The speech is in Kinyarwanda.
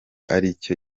aricyo